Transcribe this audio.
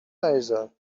مریزاد